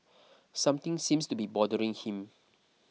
something seems to be bothering him